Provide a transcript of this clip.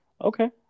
okay